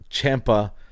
Champa